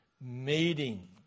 meeting